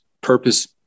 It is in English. purpose